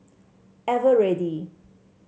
eveready